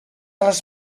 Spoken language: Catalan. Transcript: les